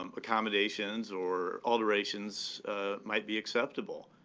um accommodations or alterations might be acceptable.